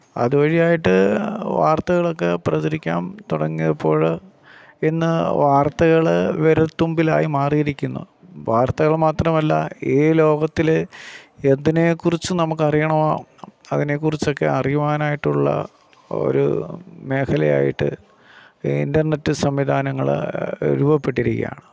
അതുവഴിയായിട്ട് വാര്ത്തകളൊക്കെ പ്രചരിക്കാന് തുടങ്ങിയപ്പോഴ് ഇന്ന് വാര്ത്തകള് വിരല്ത്തുമ്പിലായി മാറിയിരിക്കുന്നു വാര്ത്തകള് മാത്രമല്ല ഈ ലോകത്തിലെ എതിനെക്കുറിച്ച് നമുക്ക് അറിയണമോ അതിനെക്കുറിച്ചൊക്കെ അറിയുവാനായിട്ടുള്ള ഒരു മേഖലയായിട്ട് ഈ ഇന്റര്നെറ്റ് സംവിധാനങ്ങള് രൂപപ്പെട്ടിരിക്കുകയാണ്